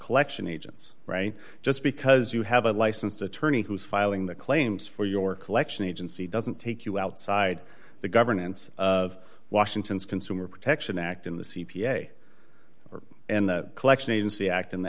collection agents right just because you have a licensed attorney who is filing the claims for your collection agency doesn't take you outside the governance of washington's consumer protection act in the c p a or and the collection agency act in the